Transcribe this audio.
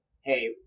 hey